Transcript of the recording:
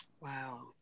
Wow